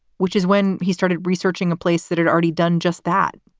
which is when he started researching a place that had already done just that,